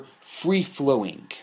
free-flowing